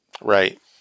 Right